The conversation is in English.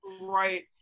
Right